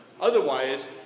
Otherwise